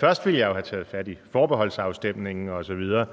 Først ville jeg jo have taget fat i forbeholdsafstemningen osv.,